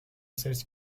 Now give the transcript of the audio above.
سرچ